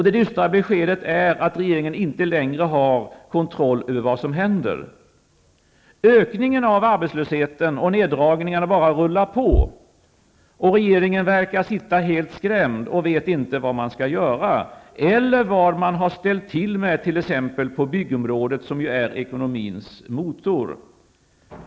Det dystra beskedet är att regeringen inte längre har kontroll över vad som händer. Ökningen av arbetslösheten och neddragningarna bara rullar på, och regeringen verkar sitta helt skrämd. Den vet inte vad den skall göra eller vad den har ställt till med på t.ex. byggområdet, som är ekonomins motor.